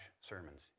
sermons